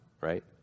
right